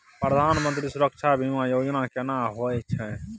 प्रधानमंत्री सुरक्षा बीमा योजना केना होय छै?